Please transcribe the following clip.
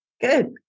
Good